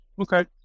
Okay